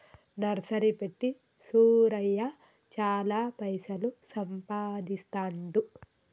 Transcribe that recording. nursery పెట్టి సూరయ్య చాల పైసలు సంపాదిస్తాండు